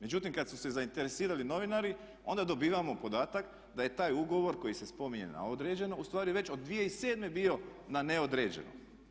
Međutim, kad su se zainteresirali novinari onda dobivamo podatak da je taj ugovor koji se spominje na određeno ustvari već od 2007.bio na neodređeno.